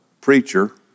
preacher